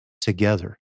together